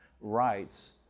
rights